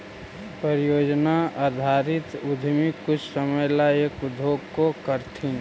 परियोजना आधारित उद्यमी कुछ समय ला एक उद्योग को करथीन